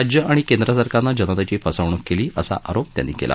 राज्य आणि केंद्र सरकारनं जनतेची फसवणूक केली आहे असा आरोप त्यांनी केला